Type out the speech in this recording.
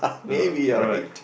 maybe you're right